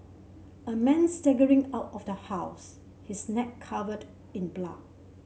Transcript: a man staggering out of the house his neck covered in blood